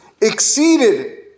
exceeded